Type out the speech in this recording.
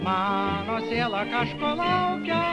mano siela kažko laukia